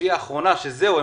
היא האחרונה זהו,